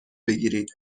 بگیرید